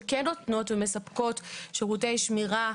שכן נותנות ומספקות שירותי שמירה,